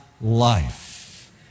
life